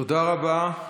תודה רבה.